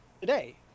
today